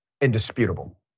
indisputable